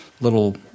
little